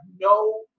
no